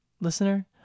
listener